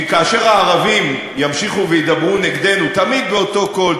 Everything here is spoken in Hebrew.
כי כאשר הערבים ימשיכו וידברו נגדנו תמיד באותו קול,